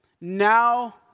now